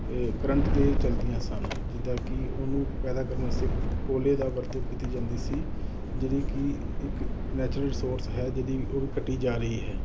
current 'ਤੇ ਚੱਲਦੀਆਂ ਸਨ ਜਿੱਦਾਂ ਕਿ ਉਹਨੂੰ ਪੈਦਾ ਕਰਨ ਵਾਸਤੇ ਕੋਲੇ ਦਾ ਵਰਤੋਂ ਕੀਤੀ ਜਾਂਦੀ ਸੀ ਜਿਹੜੀ ਕਿ ਇੱਕ ਨੈਚੁਰਲ ਰਿਸੋਰਸ ਹੈ ਜਿਹਦੀ ਉਹ ਕੱਟੀ ਜਾ ਰਹੀ ਹੈ